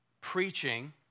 preaching